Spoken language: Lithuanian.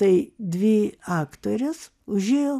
tai dvi aktorės užėjo